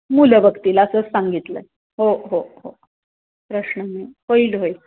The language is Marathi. मुलं बघतील असंच सांगितलं आहे हो हो हो प्रश्न नाही होईल होईल